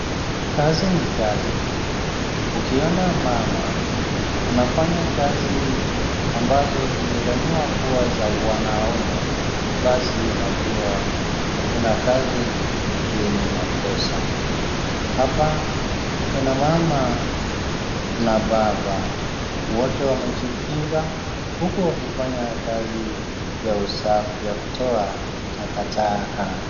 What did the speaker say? Kazi ni kazi. Ukiona mama anafanya kazi ambazo zilidhaniwa kuwa za wanaume, basi unajua hakuna kazi yenye makosa. Hapa tuna mama na baba. Wote wamejikinga, huku wakifanya kazi ya usafi, ya kutoa takataka.